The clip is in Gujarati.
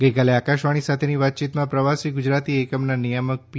ગઇકાલે આકાશવાણી સાથેની વાતચીતમાં પ્રવાસી ગુજરાતી એકમના નિયામક પી